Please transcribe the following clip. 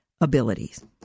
abilities